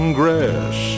grass